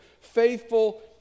faithful